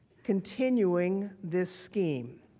continuing this game.